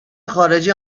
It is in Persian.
خارجه